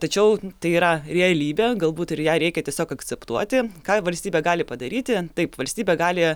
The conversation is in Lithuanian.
tačiau tai yra realybė galbūt ir ją reikia tiesiog akceptuoti ką valstybė gali padaryti taip valstybė gali